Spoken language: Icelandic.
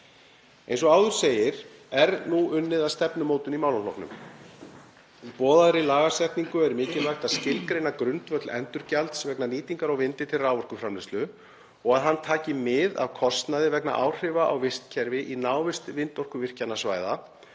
Eins og áður segir er nú unnið að stefnumótun í málaflokknum. Í boðaðri lagasetningu er mikilvægt að skilgreina grundvöll endurgjalds vegna nýtingar á vindi til raforkuframleiðslu og að hann taki mið af kostnaði vegna áhrifa á vistkerfi í návist vindorkuvirkjunarsvæða